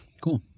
cool